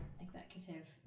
executive